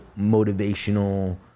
motivational